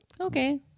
Okay